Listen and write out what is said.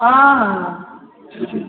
हँ